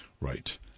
Right